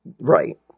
Right